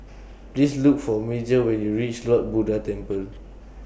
Please Look For Major when YOU REACH Lord Buddha Temple